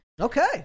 Okay